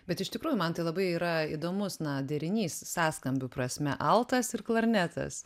bet iš tikrųjų man tai labai yra įdomus na derinys sąskambių prasme altas ir klarnetas